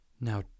Now